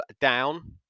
down